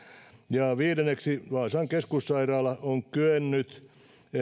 ja viidenneksi vaasan keskussairaala on kyennyt